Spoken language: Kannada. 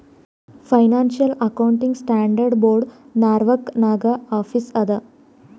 financial accounting standard board Norwalk ನಾಗ್ ಆಫೀಸ್ ಅದಾ